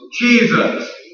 Jesus